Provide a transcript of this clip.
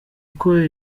uko